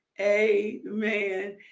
amen